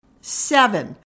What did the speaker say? Seven